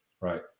right